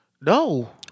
No